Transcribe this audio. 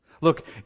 Look